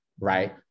right